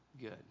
good